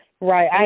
Right